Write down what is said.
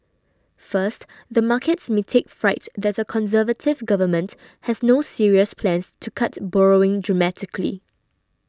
first the markets may take fright that a Conservative government has no serious plans to cut borrowing dramatically